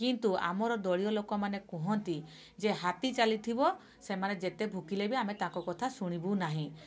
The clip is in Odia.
କିନ୍ତୁ ଆମର ଦଳୀୟ ଲୋକମାନେ କୁହନ୍ତି ଯେ ହାତୀ ଚାଲିଥିବ ସେମାନେ ଯେତେ ଭୁକିଲେବି ଆମେ ତାଙ୍କ କଥା ଶୁଣିବୁ ନାହିଁ